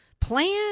plan